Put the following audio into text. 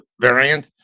variant